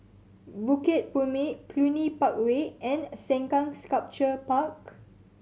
Bukit Purmei Cluny Park Way and Sengkang Sculpture Park